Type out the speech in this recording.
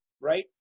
right